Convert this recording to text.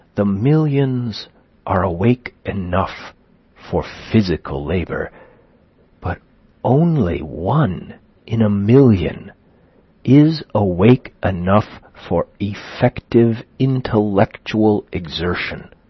the millions are awake enough for physical labor but only one in a million is awake enough for effective intellectual exertion,